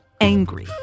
angry